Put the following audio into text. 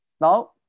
No